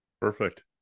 Perfect